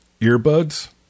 Earbuds